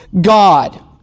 God